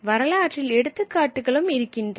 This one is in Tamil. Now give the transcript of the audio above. வரலாற்றில் எடுத்துக்காட்டுகளும் இருக்கின்றன